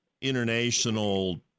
international